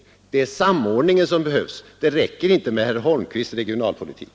Det är samordning som behövs. Det räcker inte enbart med herr Holmqvists regionalpolitik.